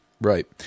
Right